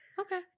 okay